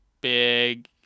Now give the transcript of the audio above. big